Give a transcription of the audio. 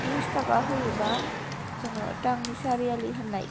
त्रिस ताका होयोबा जोङो तांनि सारिआलि होननाय